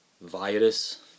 virus